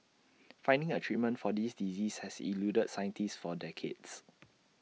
finding A treatment for this disease has eluded scientists for decades